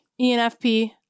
ENFP